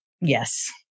Yes